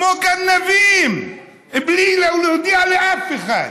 כמו גנבים, בלי להודיע לאף אחד,